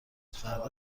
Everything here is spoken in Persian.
فردا